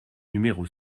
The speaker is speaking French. numéro